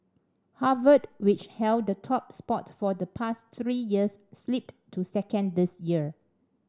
Harvard which held the top spot for the past three years slipped to second this year